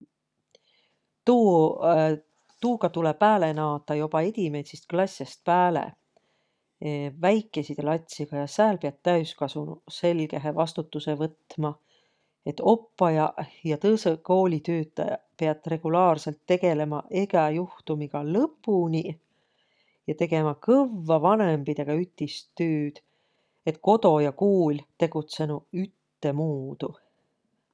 Tuu tuuga tulõ pääle naadaq joba edimäidsist klassõst pääle, väikeiside latsiga ja sääl piät täüskasunuq selgehe vastutusõ võtma. Et oppajaq ja tõõsõq kooli tüütäjäq piät regulaarsõlt tegelemä egä juhtumiga lõpuni ja tegemä kõvva vanõmbidõga ütistüüd, et kodo ja kuul tegutsõnuq üttemuudu.